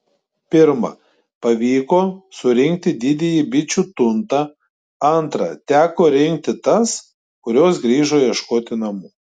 pirmą pavyko surinkti didįjį bičių tuntą antrą teko rinkti tas kurios grįžo ieškoti namų